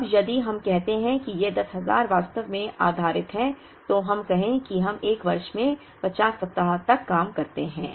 अब यदि हम कहते हैं कि यह 10000 वास्तव में आधारित है तो हम कहें कि हम एक वर्ष में 50 सप्ताह तक काम करते हैं